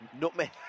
nutmeg